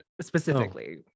specifically